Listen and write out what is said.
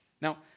Now